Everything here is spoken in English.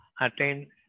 attain